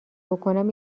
بکنم